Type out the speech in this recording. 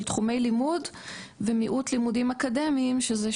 תחומי לימוד ומיעוט לימודים אקדמיים שזה,